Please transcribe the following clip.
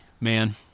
man